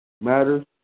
Matters